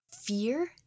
Fear